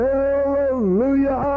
Hallelujah